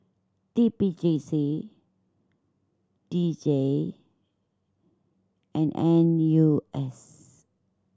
T P J C D J and N U S